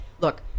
look